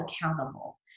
accountable